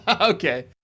Okay